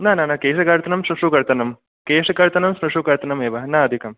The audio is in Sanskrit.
न न न केशकर्तनं स्मश्रुकर्तनं केशकर्तनं स्मश्रुकर्तनम् एव न अधिकं